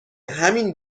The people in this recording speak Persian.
همین